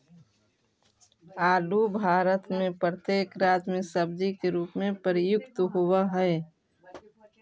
आलू भारत में प्रत्येक राज्य में सब्जी के रूप में प्रयुक्त होवअ हई